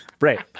right